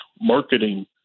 Marketing